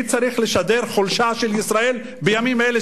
מי צריך לשדר חולשה של ישראל בימים אלה,